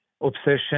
obsession